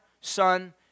son